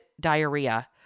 diarrhea